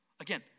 Again